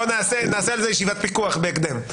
נעשה על זה ישיבת פיקוח בהקדם.